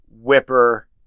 Whipper